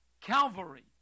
Calvary